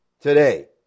today